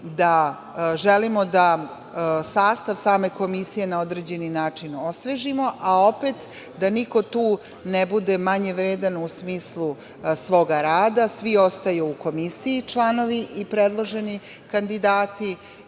da želimo da sastav same Komisije na određeni način osvežimo, a opet da niko tu ne bude manje vredan u smislu svog rada. Svi ostaju u Komisiji i članovi i predloženi kandidati